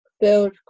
build